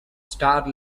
stars